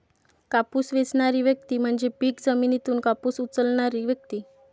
कापूस वेचणारी व्यक्ती म्हणजे पीक जमिनीतून कापूस उचलणारी व्यक्ती